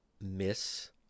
miss